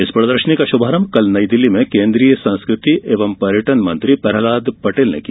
इस प्रदर्शनी का शुभारंभ कल नई दिल्ली में केंद्रीय संस्कृति एवं पर्यटन मंत्री प्रह्लाद पटेल ने किया